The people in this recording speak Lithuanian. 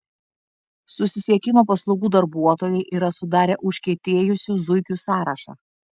susisiekimo paslaugų darbuotojai yra sudarę užkietėjusių zuikių sąrašą